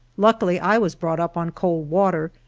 luckil i was brought up on cold water,